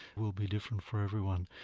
will be different for everyone.